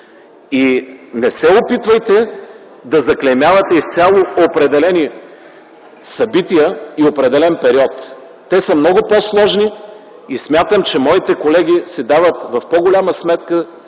Не се опитвайте да заклеймявате изцяло определени събития и определен период. Те са много по-сложни и смятам, че моите колеги си дават в по голяма степен